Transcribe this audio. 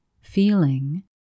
feeling